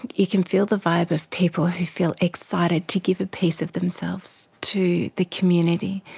you can feel the vibe of people who feel excited to give a piece of themselves, to the community,